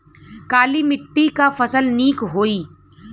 काली मिट्टी क फसल नीक होई?